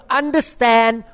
understand